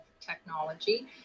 technology